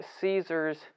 Caesar's